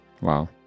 Wow